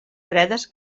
fredes